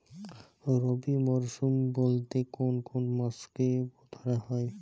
রবি মরশুম বলতে কোন কোন মাসকে ধরা হয়?